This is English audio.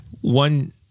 One